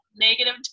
negative